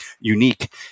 unique